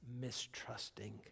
mistrusting